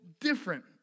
different